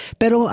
pero